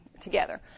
together